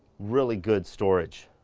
really good storage.